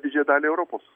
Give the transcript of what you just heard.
didžiąją dalį europos